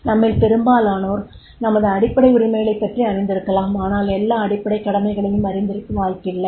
நம்மில் பெரும்பாலோர் நமது அடிப்படை உரிமைகளைப் பற்றி அறிந்திருக்கலாம் ஆனால் எல்லா அடிப்படைக் கடமைகளையும் அறிந்திருக்க வாய்ப்பில்லை